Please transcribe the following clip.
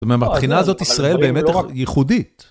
זאת אומרת, מבחינה הזאת ישראל באמת ייחודית.